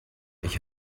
ich